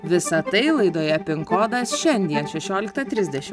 visa tai laidoje pin kodas šiandien šešioliką trisdeši